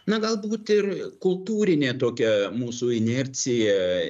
na galbūt ir kultūrinė tokia mūsų inercija